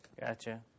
Gotcha